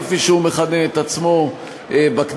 כפי שהוא מכנה את עצמו בכנסת,